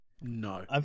No